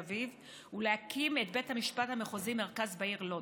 אביב ולהקים את בית המשפט המחוזי מרכז בעיר לוד.